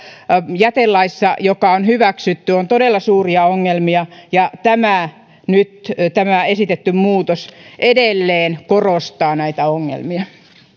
jätelaissa joka on hyväksytty on todella suuria ongelmia ja tämä nyt esitetty muutos edelleen korostaa näitä ongelmia